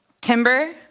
Timber